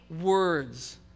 words